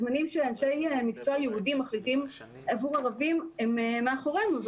הזמנים שאנשי מקצוע יהודים מחליטים עבור ערבים הם מאחורינו.